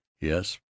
yes